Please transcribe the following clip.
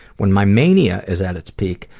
when my mania is at its peak,